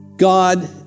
God